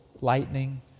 lightning